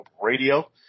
Radio